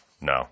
No